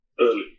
early